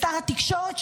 בשר התקשורת,